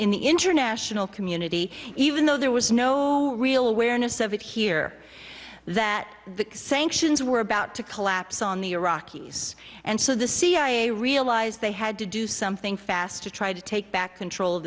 in the international community even though there was no real awareness of it here that the sanctions were about to collapse on the iraqis and so the cia realized they had to do something fast to try to take back control